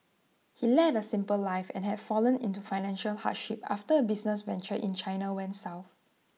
he led A simple life and had fallen into financial hardship after A business venture in China went south